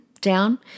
down